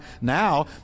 now